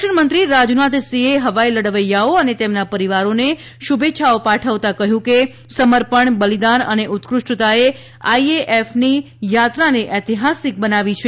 સંરક્ષણ મંત્રી રાજનાથસિંહે હવાઇ લડવૈયાઓ અને તેમના પરિવારોને શુભેચ્છાઓ પાઠવતાં કહ્યું કે સમર્પણ બલિદાન અને ઉત્કૃષ્ટતાએ આઇએએફની યાત્રાને ઐતિહાસિક બનાવી છે